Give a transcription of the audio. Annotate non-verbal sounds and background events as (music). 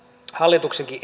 hallituksen (unintelligible)